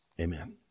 Amen